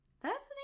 Fascinating